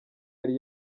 yari